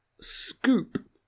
scoop